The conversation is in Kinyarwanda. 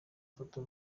foto